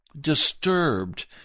disturbed